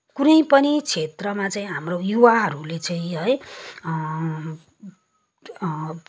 कुनैपनि क्षेत्रमा चाहिँ हाम्रो युवाहरूले चाहिँ है